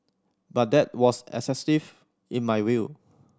but that was excessive in my view